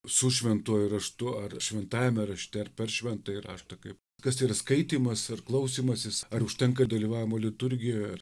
su šventuoju raštu ar šventajame rašte ar per šventąjį raštą kaip kas tai ar skaitymas ar klausymasis ar užtenka dalyvavimo liturgijoje